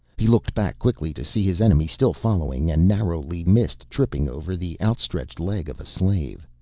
he looked back quickly to see his enemy still following and narrowly missed tripping over the outstretched leg of a slave.